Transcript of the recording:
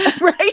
Right